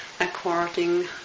according